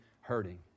hurting